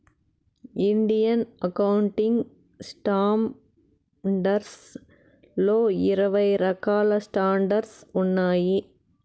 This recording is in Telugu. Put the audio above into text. ఇండియన్ అకౌంటింగ్ స్టాండర్డ్స్ లో ఇరవై రకాల స్టాండర్డ్స్ ఉన్నాయి